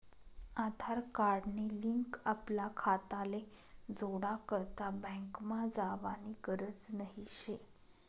आधार card नी link आपला खाताले जोडा करता बँकमा जावानी गरज नही शे